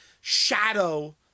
shadow